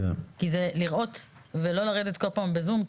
כי זה לראות ולא לרדת כל פעם בזום,